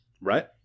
right